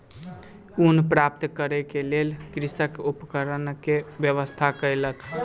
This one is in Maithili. ऊन प्राप्त करै के लेल कृषक उपकरण के व्यवस्था कयलक